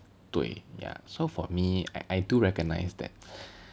对 ya so for me I do recognise that